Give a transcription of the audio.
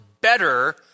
better